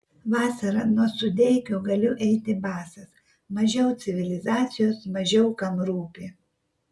vasarą nuo sudeikių galiu eiti basas mažiau civilizacijos mažiau kam rūpi